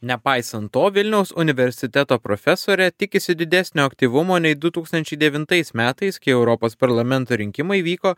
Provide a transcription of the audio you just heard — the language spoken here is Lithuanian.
nepaisant to vilniaus universiteto profesorė tikisi didesnio aktyvumo nei du tūkstančiai devintais metais kai europos parlamento rinkimai vyko